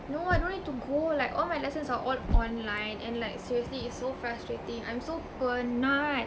no I don't need to go like all my lessons are all online and like seriously it's so fustrating I'm so penat